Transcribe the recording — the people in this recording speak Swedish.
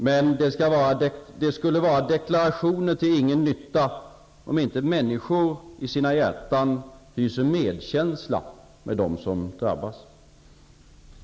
Men det skulle vara deklarationer till ingen nytta om inte människor i sina hjärtan hyste medkänsla med dem som drabbas.